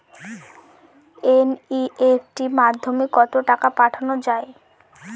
NEFT মাধ্যমে কত টাকা পাঠানো যায়?